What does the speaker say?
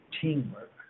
Teamwork